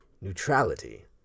neutrality